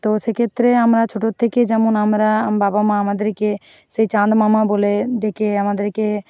তো সেক্ষেত্রে আমরা ছোটো থেকে যেমন আমরা আম বাবা মা আমাদেরকে সেই চাঁদ মামা বলে ডেকে আমাদেরকে